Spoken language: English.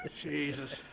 Jesus